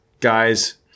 guys